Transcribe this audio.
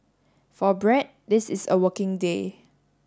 for Brad this is a working day